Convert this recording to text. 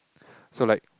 so like